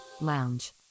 lounge